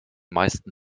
meisten